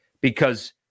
Because-